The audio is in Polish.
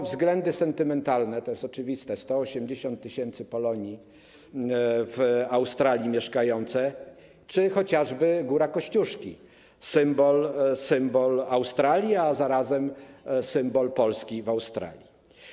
Względy sentymentalne, to jest oczywiste, 180-tysięczna Polonia w Australii czy chociażby Góra Kościuszki, symbol Australii, a zarazem symbol Polski w Australii.